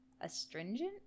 astringent